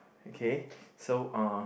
okay so uh